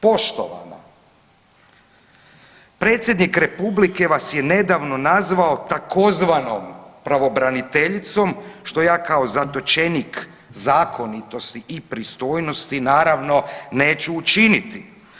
Poštovana, predsjednik Republike vas je nedavno nazvao tzv. pravobraniteljicom što ja kao zatočenik zakonitosti i pristojnosti naravno neću učiniti.